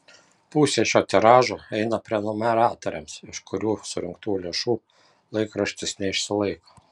pusė šio tiražo eina prenumeratoriams iš kurių surinktų lėšų laikraštis neišsilaiko